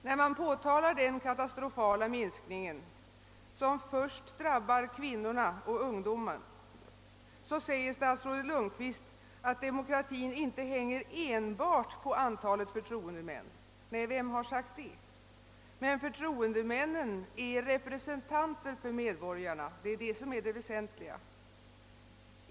När man påtalar den katastrofala minskningen av förtroendeuppdragen, som först drabbar kvinnorna och ungdomen, svarar statsrådet Lundkvist att demokratin inte enbart hänger på antalet förtroendemän. Nej, vem har sagt det? Men förtroendemännen är representanter för medborgarna — det är det väsentliga.